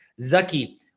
Zaki